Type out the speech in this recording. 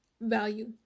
value